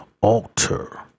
altar